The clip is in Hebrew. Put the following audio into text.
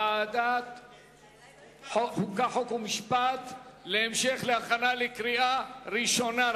לוועדת החוקה, חוק ומשפט להכנה לקריאה ראשונה.